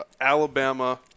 Alabama